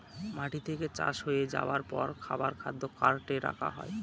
মাটি থেকে চাষ হয়ে যাবার পর খাবার খাদ্য কার্টে রাখা হয়